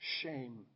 shame